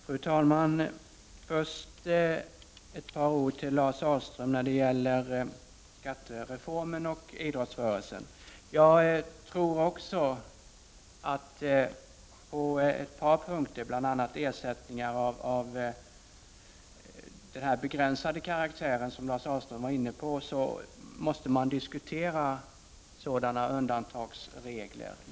Fru talman! Först ett par ord till Lars Ahlström om skattereformen och idrottsrörelsen. Jag tror också att man på ett par punkter, bl.a. beträffande ersättningar av den begränsade karaktär som Lars Ahlström var inne på, måste diskutera undantagsregler.